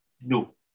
no